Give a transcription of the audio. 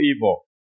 evil